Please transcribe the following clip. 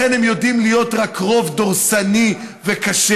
לכן הם יודעים להיות רק רוב דורסני וקשה.